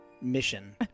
mission